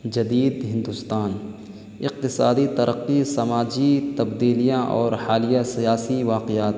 جدید ہندوستان اقتصادی ترقی سماجی تبدیلیاں اور حالیہ سیاسی واقعات